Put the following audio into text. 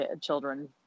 children